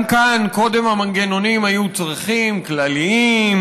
גם כאן קודם המנגנונים היו צרכים כלליים,